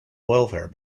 welfare